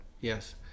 Yes